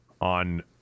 on